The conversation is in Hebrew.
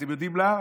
אתם יודעים למה?